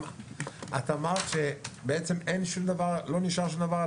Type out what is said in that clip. שאלת למה לא נשאר שם שום דבר.